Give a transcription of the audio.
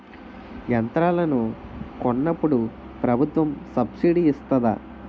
యంత్రాలను కొన్నప్పుడు ప్రభుత్వం సబ్ స్సిడీ ఇస్తాధా?